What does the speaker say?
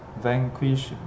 vanquish